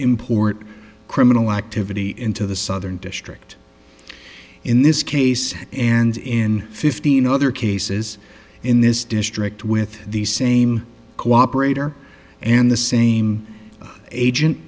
import criminal activity into the southern district in this case and in fifteen other cases in this district with the same cooperator and the same agent